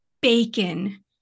bacon